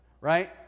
right